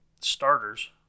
starters